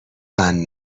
بند